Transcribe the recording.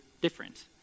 different